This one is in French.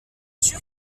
sûr